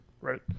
right